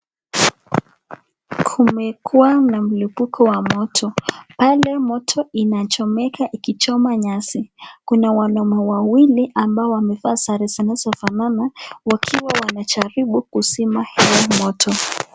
Kumekuwa na mlukupo wa moto, pale moto inachomeka ikichoma nyasi kuna wanaume wawili ambao sare zinazofana wakiwa wanajaribu kusima hayo moto.